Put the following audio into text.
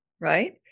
right